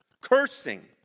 cursing